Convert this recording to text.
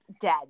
dead